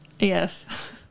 yes